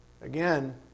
Again